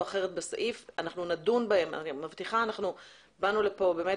אחרת בסעיף אני מבטיחה שאנחנו נדון בהן.